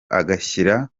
agashyira